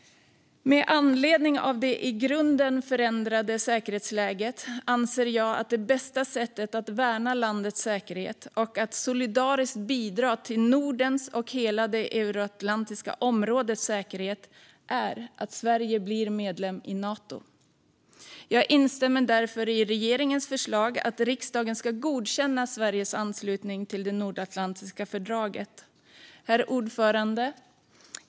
Med anledning av det i grunden förändrade säkerhetsläget anser jag att det bästa sättet att värna landets säkerhet, och att solidariskt bidra till Nordens och hela det euroatlantiska områdets säkerhet, är att Sverige blir medlem i Nato. Jag instämmer därför i regeringens förslag att riksdagen ska godkänna Sveriges anslutning till det nordatlantiska fördraget. Herr talman!